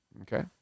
Okay